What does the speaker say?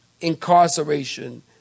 Incarceration